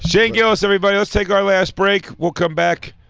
shane gillis everybody. let's take our last break, we'll come back,